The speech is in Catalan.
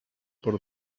per